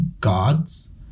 gods